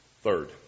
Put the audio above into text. Third